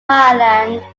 highland